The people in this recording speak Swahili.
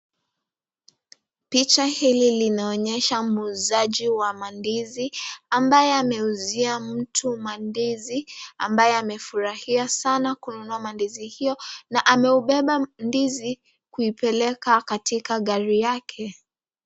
Picha hili linaonyesha muuzaji wa mandizi, ambayo ameuzia mtu mandizi, amabayo amefurahia sana kununua mandizi hiyo, na ameubeba ndizi kuipeleka katika gari yake.